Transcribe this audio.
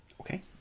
Okay